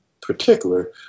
particular